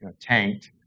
tanked